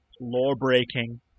law-breaking